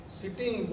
sitting